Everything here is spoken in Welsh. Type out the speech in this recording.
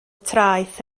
traeth